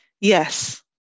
Yes